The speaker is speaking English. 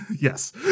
yes